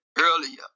earlier